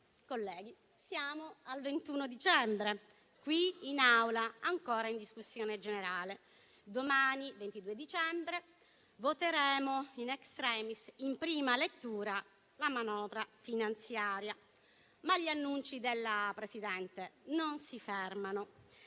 siamo al 21 dicembre, qui in Aula, ancora in fase di discussione generale. Domani, 22 dicembre, voteremo *in extremis* in prima lettura la manovra finanziaria. Ma gli annunci della Presidente non si fermano: